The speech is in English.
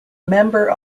member